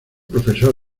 profesor